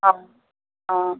অঁ অঁ